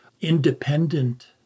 independent